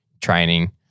training